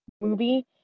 movie